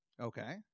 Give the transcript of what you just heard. Okay